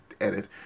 Edit